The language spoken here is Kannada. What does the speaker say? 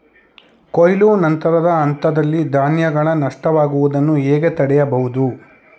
ಕೊಯ್ಲು ನಂತರದ ಹಂತದಲ್ಲಿ ಧಾನ್ಯಗಳ ನಷ್ಟವಾಗುವುದನ್ನು ಹೇಗೆ ತಡೆಯಬಹುದು?